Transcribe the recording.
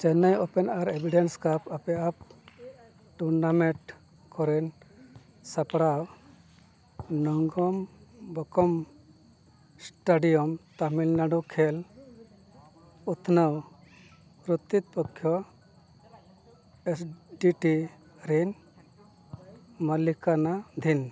Chennai open ᱟᱨ Davis cup ᱟᱯᱮ of tournament ᱠᱚᱨᱮᱱ ᱥᱟᱯᱲᱟᱣ ᱱᱩᱝᱢᱚᱵᱽᱠᱚᱢ ᱥᱴᱮᱰᱤᱭᱟᱢ ᱛᱟᱢᱤᱞᱱᱟᱰᱩ ᱠᱷᱮᱞ ᱩᱛᱱᱟᱹᱣ ᱠᱚᱨᱛᱨᱤᱯᱚᱠᱠᱷᱚ ᱮᱥ ᱰᱤ ᱴᱤ ᱨᱮᱱ ᱢᱟᱞᱤᱠᱟᱱᱟᱫᱷᱤᱱ